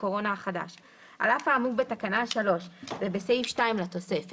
הקורונה החדש 4. (א) על אף האמור בתקנה 3 ובסעיף 2 לתוספת,